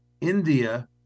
India